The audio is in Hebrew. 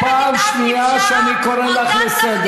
זו פעם שנייה שאני קורא אותך לסדר.